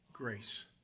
Grace